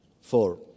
Four